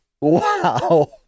Wow